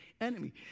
enemy